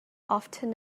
often